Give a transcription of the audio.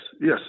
yes